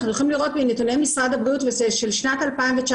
אנחנו יכולים לראות מנתוני משרד הבריאות משנת 2019,